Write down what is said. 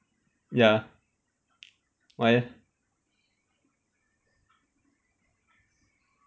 ya why leh